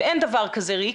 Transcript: ואין דבר כזה ריק,